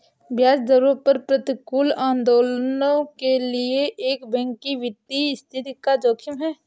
ब्याज दरों में प्रतिकूल आंदोलनों के लिए एक बैंक की वित्तीय स्थिति का जोखिम है